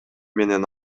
менен